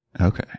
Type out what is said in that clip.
okay